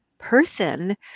Person